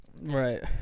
Right